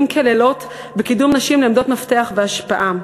לילות כימים בקידום נשים לעמדות מפתח והשפעה.